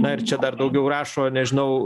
na ir čia dar daugiau rašo nežinau